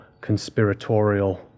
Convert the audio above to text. conspiratorial